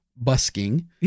busking